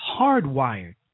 hardwired